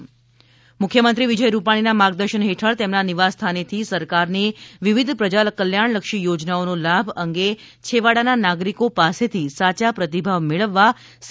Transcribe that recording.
મુખ્યમંત્રી સંવાદ મુખ્યમંત્રી વિજય રૂપાણીના માર્ગદર્શન હેઠળ તેમના નિવાસસ્થાને થી સરકારની વિવિધ પ્રજાકલ્યાણલક્ષી યોજનાઓના લાભ અંગે છેવાડાના નાગરિકો પાસેથી સાયા પ્રતિભાવ મેળવવા સી